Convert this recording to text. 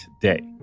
today